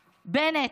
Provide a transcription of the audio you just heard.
בנט,